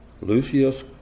Lucius